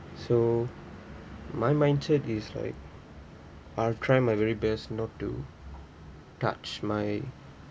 so my mindset is like I'll try my very best not to touch my